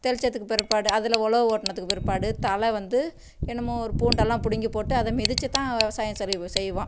தெளிச்சதுக்கு பிற்பாடு அதில் உழவு ஓட்டுனதுக்கு பிற்பாடு தலை வந்து என்னமோ ஒரு பூண்டெல்லாம் பிடிங்கி போட்டு அதை மிதிச்சு தான் விவசாயம் செய் செய்வோம்